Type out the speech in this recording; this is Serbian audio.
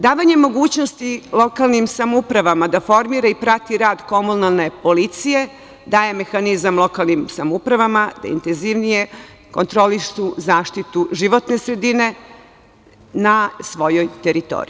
Davanjem mogućnosti lokalnim samoupravama da formiraju i prate rade komunalne policije daje mehanizam lokalnim samoupravama da intenzivnije kontrolišu zaštitu životne sredine na svojoj teritoriji.